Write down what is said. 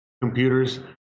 computers